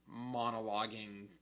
monologuing